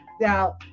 Now